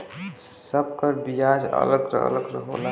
सब कर बियाज अलग अलग होला